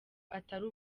atari